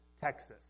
Texas